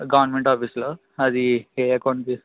government ఆఫీస్లో అది ఏ అకౌంట్ తీసుకు